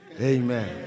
amen